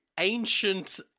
ancient